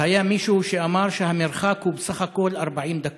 והיה מישהו שאמר שהמרחק הוא בסך הכול 40 דקות.